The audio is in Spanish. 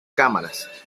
cámaras